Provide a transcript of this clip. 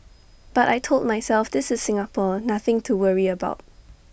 but I Told myself this is Singapore nothing to worry about